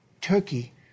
Turkey